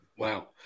Wow